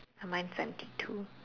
mine's empty too